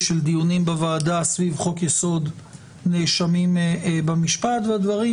של דיונים בוועדה סביב חוק יסוד נאשמים במשפט והדברים